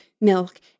milk